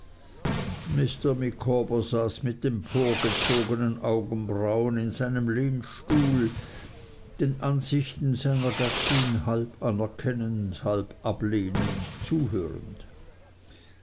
saß mit emporgezognen augenbrauen in seinem lehnstuhl den ansichten seiner gattin halb anerkennend halb ablehnend zuhörend